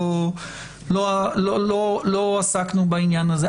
לא עסקנו בעניין הזה.